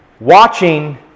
Watching